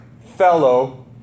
fellow